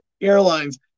airlines